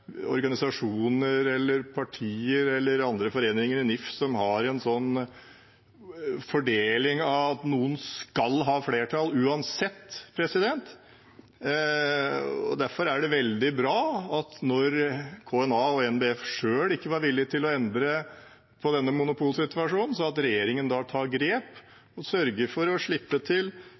partier eller foreninger i NIF som har en sånn fordeling, at noen skal ha flertall uansett. Derfor er det veldig bra at når KNA og NBF selv ikke var villige til å endre på denne monopolsituasjonen, tar regjeringen grep og sørger for å slippe til